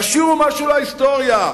תשאירו משהו להיסטוריה,